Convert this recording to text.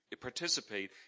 participate